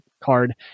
card